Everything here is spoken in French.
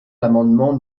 l’amendement